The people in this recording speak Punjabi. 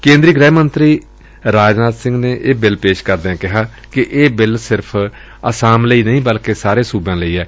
ਕੇਂਦਰੀ ਗ੍ਹਿ ਮੰਤਰੀ ਰਾਜਨਾਥ ਸਿੰਘ ਨੇ ਇਹ ਬਿੱਲ ਪੇਸ਼ ਕਰਦਿਆਂ ਕਿਹਾ ਕਿ ਇਹ ਬਿੱਲ ਸਿਰਫ਼ ਆਸਾਮ ਲਈ ਨਹੀਂ ਬਲਕਿ ਸਾਰੇ ਸੁਬਿਆਂ ਲਈ ਏ